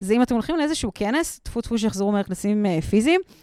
זה אם אתם הולכים לאיזשהו כנס, תפוי תפוי שיחזרו מהכנסים פיזיים.